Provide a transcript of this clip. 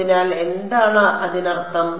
അതിനാൽ എന്താണ് അതിനർത്ഥം